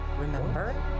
remember